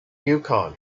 yukon